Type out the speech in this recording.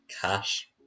Cash